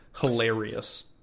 hilarious